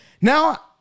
now